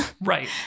Right